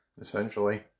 Essentially